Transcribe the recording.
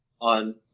on